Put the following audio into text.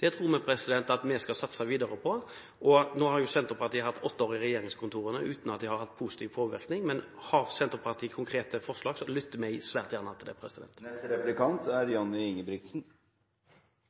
Det tror jeg vi skal satse videre på. Nå har Senterpartiet hatt åtte år i regjeringskontorene uten at de har hatt positiv påvirkning, men har Senterpartiet konkrete forslag, lytter vi svært gjerne til dem. Høyre liker å kalle seg for næringslivets parti. Det er